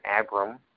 Abram